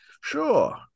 sure